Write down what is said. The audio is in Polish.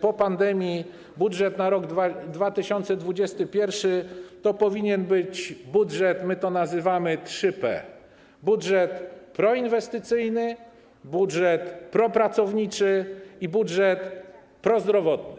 po pandemii, budżet na rok 2021 to powinien być budżet, my to nazywamy, 3P - budżet proinwestycyjny, budżet propracowniczy i budżet prozdrowotny.